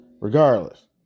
Regardless